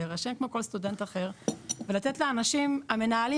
להירשם כמו כל סטודנט אחר ולתת לאנשים המנהלים